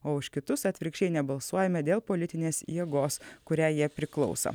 o už kitus atvirkščiai nebalsuojame dėl politinės jėgos kuriai jie priklauso